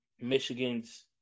Michigan's